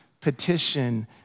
petition